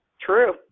True